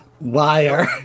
Liar